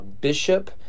bishop